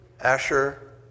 Asher